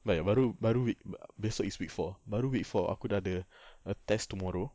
baik baru baru week besok is week four baru week four aku dah ada a test tomorrow